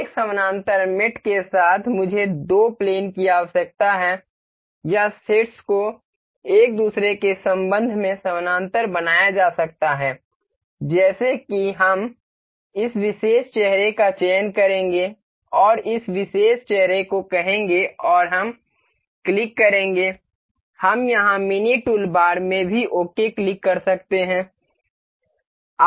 एक समानांतर मेट के साथ मुझे दो प्लेन की आवश्यकता है या शीर्ष को एक दूसरे के संबंध में समानांतर बनाया जा सकता है जैसे कि हम इस विशेष चेहरे का चयन करेंगे और इस विशेष चेहरे को कहेंगे और हम क्लिक करेंगे हम यहां मिनी टूलबार में भी ओके क्लिक कर सकते हैं